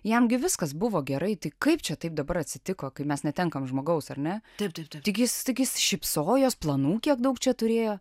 jam gi viskas buvo gerai tai kaip čia taip dabar atsitiko kai mes netenkam žmogaus ar ne taip taip taigi jis tai gi jis šypsojos planų kiek daug čia turėjo